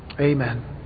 Amen